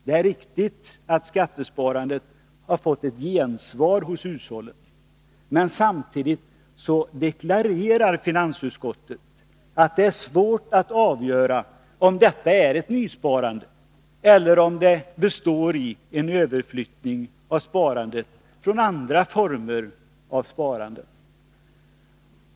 Det är riktigt att skattesparandet har fått ett gensvar hos hushållen, men samtidigt deklarerar finansutskottet att det är svårt att avgöra om detta är ett nysparande eller om det består i en överflyttning från andra former av sparande.